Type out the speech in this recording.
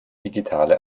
digitale